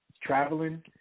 Traveling